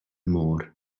môr